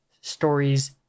stories